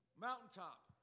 mountaintop